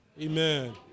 Amen